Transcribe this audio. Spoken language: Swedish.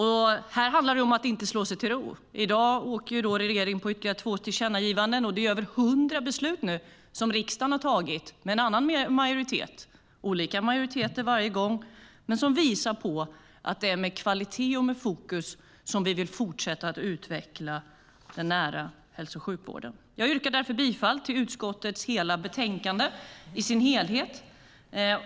Här handlar det om att inte slå sig till ro. I dag åker regeringen på ytterligare två tillkännagivanden. Riksdagen har fattat över 100 beslut med annan majoritet. Det har varit olika majoriteter varje gång, men besluten visar att det är med kvalitet och fokus som vi vill fortsätta att utveckla den nära hälso och sjukvården. Jag yrkar därför bifall till utskottets förslag i betänkandet i dess helhet.